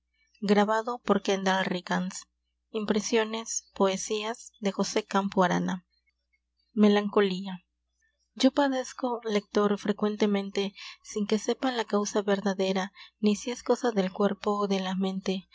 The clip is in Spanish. una persona autorizada cárlos coello introduccion melancolía yo padezco lector frecuentemente sin que sepa la causa verdadera ni si es cosa del cuerpo ó de la mente